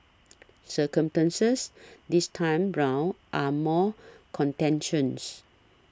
circumstances this time round are more contentious